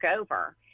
over